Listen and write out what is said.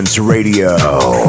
Radio